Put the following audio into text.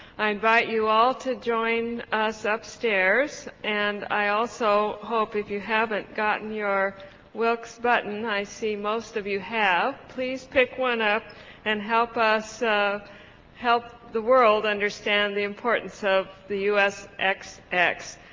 i invite you all to join us upstairs and i also hope if you haven't gotten your wilkes button, i see most of you have, please pick one up and help us help the world understand the importance of the u s. ex. ex.